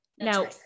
now